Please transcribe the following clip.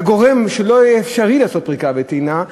אתה גורם שלא יהיה אפשרי לעשות פריקה וטעינה,